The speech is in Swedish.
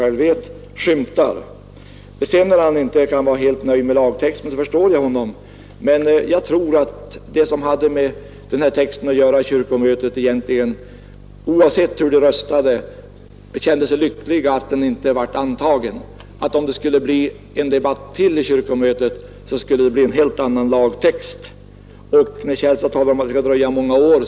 När herr Källstad säger att han inte kan vara helt nöjd med lagtexten förstår jag honom. Men jag tror att kyrkomötets ledamöter, oavsett hur de röstade, kände sig lyckliga över att texten inte blev antagen. Om det skulle bli en debatt till i kyrkomötet, så skulle det bli en helt annan lagtext. Herr Källstad talar om att det kommer att dröja många år.